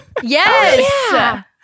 Yes